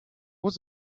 was